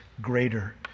greater